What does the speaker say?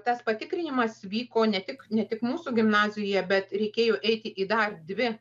tas patikrinimas vyko ne tik ne tik mūsų gimnazijoje bet reikėjo eiti į dar dvi